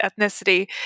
ethnicity